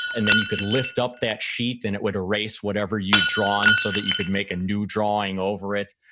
and then you could lift up that sheet and it would erase whatever you had drawn so that you could make a new drawing over it.